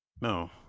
no